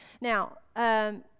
Now